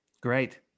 Great